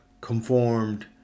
conformed